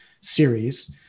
series